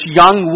young